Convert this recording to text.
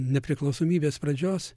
nepriklausomybės pradžios